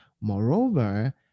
Moreover